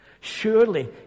Surely